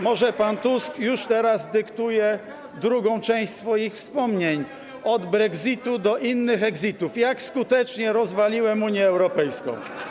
Może pan Tusk już teraz dyktuje drugą część swoich wspomnień: Od brexitu do innych exitów - jak skutecznie rozwaliłem Unię Europejską.